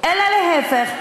אלא להפך.